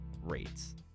rates